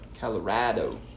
Colorado